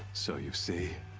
so you see?